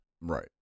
Right